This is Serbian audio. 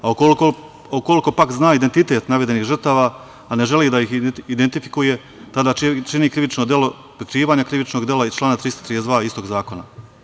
Ukoliko, pak, zna identitet navedenih žrtava, a ne želi da ih identifikuje, tada čini krivično delo prikrivanja krivičnog dela iz člana 332. istog zakona.